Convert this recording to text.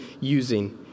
using